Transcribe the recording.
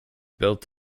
built